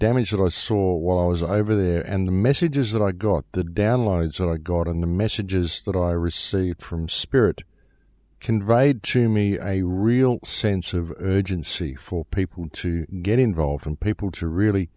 damage that i saw while i was over there and the messages that i got the download so i got on the messages that i received from spirit can write to me i real sense of urgency for people to get involved and people to really